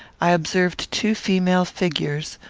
i observed two female figures,